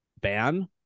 ban